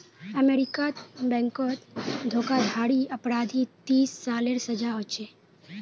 अमेरीकात बैनकोत धोकाधाड़ी अपराधी तीस सालेर सजा होछे